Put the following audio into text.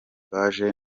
baje